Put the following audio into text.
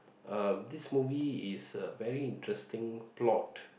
uh this movie is a very interesting plot